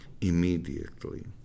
immediately